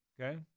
Okay